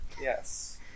Yes